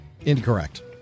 Incorrect